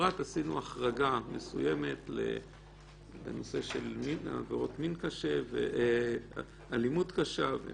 עשינו החרגה מסוימת בעניין של עבירות מין ואלימות קשה,